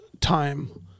time